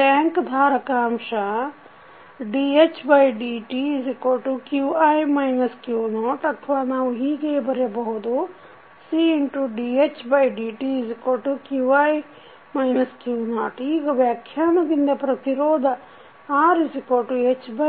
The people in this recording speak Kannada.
ಟ್ಯಾಂಕ್ ಧಾರಕಾಂಶ dhdtqi q0 ಅಥವಾ ನಾವು ಹೀಗೆ ಬರೆಯಬಹುದು Cdhdt ಈಗ ವ್ಯಾಖ್ಯಾನದಿಂದ ಪ್ರತಿರೋಧ Rhq0